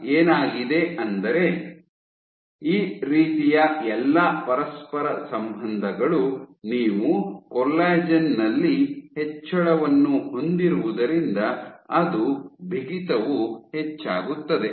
ಆದ್ದರಿಂದ ಏನಾಗಿದೆ ಅಂದರೆ ಈ ರೀತಿಯ ಎಲ್ಲಾ ಪರಸ್ಪರ ಸಂಬಂಧಗಳು ನೀವು ಕೊಲ್ಲಜೆನ್ ನಲ್ಲಿ ಹೆಚ್ಚಳವನ್ನು ಹೊಂದಿರುವುದರಿಂದ ಅದು ಬಿಗಿತವು ಹೆಚ್ಚಾಗುತ್ತದೆ